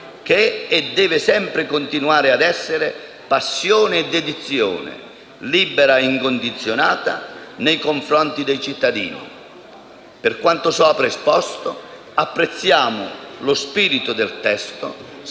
che è e deve sempre continuare ad essere passione e dedizione libera e incondizionata nei confronti dei cittadini. Per quanto sopra esposto, apprezziamo lo spirito del testo,